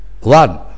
one